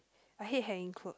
I hate hanging cloth